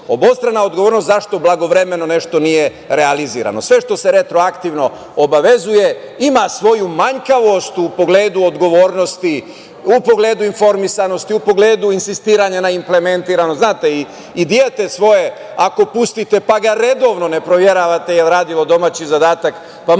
obostrana odgovornost zašto blagovremeno nešto nije realizovano. Sve što se retroaktivno obavezuje ima svoju manjkavost u pogledu odgovornosti, u pogledu informisanosti, u pogledu insistiranja na implementaciji. Znate, i svoje dete, ako ga pustite, pa ga redovno ne proveravate da li je uradilo domaći zadatak, pa makar